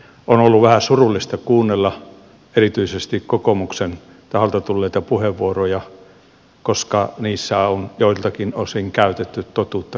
on ollut vähän surullista kuunnella erityisesti kokoomuksen taholta tulleita puheenvuoroja koska niissä on joiltakin osin käytetty totuutta säästeliäästi